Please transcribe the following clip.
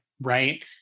right